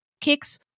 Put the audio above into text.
kicks